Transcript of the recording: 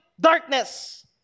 darkness